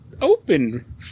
open